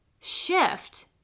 shift